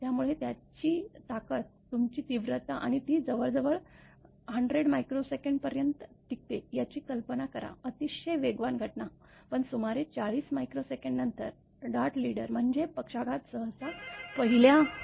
त्यामुळे त्याची ताकद तुमची तीव्रता आणि ती जवळजवळ १००S पर्यंत टिकते याची कल्पना करा अतिशय वेगवान घटना पण सुमारे ४० S नंतर डार्ट लीडर म्हणजे पक्षाघात सहसा पहिल्या घेतलेल्या मार्गाचा अवलंब करणे